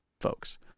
folks